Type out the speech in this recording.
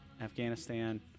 Afghanistan –